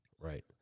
Right